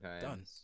Done